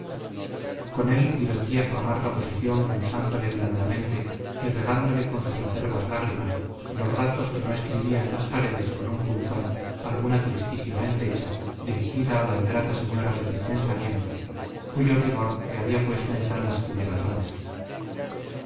con él divertía su amarga posición pulsándole blandamente y regándole con sus acerbas lágrimas los ratos que no escribía en las paredes con un punzón alguna tristísima endecha dirigida a la ingrata señora de sus pensamientos cuyo rigor le había puesto en tan lastimero trance